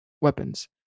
weapons